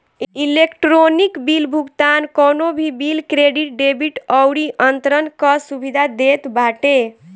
electronic bill भुगतान कवनो भी बिल, क्रेडिट, डेबिट अउरी अंतरण कअ सुविधा देत बाटे